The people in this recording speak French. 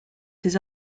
ses